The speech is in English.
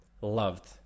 loved